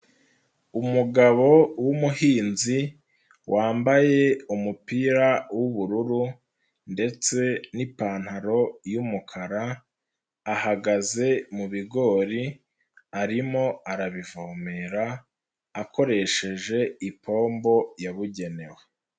Umugabo w'umuhinzi wambaye umupira w'ubururu ndetse n'ipantaro y'umukara, ahagaze mubigori arimo arabivomera, akoresheje ipombo yabugenewe.